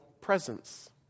presence